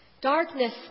Darkness